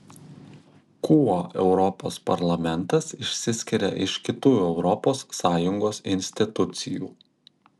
kuo europos parlamentas išsiskiria iš kitų europos sąjungos institucijų